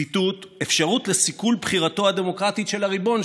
ציטוט: אפשרות לסיכול בחירתו הדמוקרטית של הריבון,